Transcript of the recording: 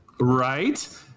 Right